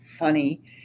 funny